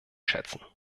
schätzen